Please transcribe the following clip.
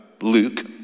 Luke